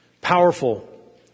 powerful